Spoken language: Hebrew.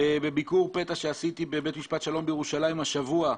בביקור פתע שעשיתי בבית משפט שלום בירושלים השבוע,